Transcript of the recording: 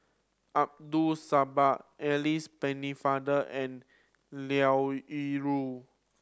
Abdul Samad Alice Pennefather and Liao Yingru